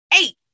eight